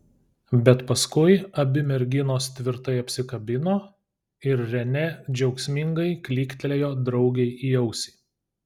bet paskui abi merginos tvirtai apsikabino ir renė džiaugsmingai klyktelėjo draugei į ausį